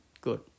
Good